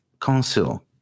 Council